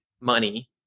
money